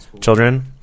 children